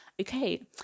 okay